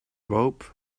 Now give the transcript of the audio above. rope